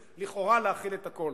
ולכאורה הוא צריך להכיל את הכול.